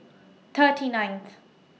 thirty ninth